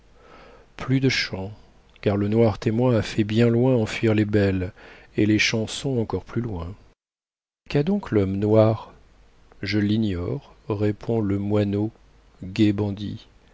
plus de chants car le noir témoin a fait bien loin enfuir les belles et les chansons encor plus loin qu'a donc l'homme noir je l'ignore répond le moineau gai bandit